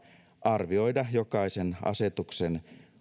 arvioida jokaisen asetuksen